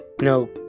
no